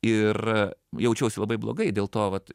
ir jaučiausi labai blogai dėl to vat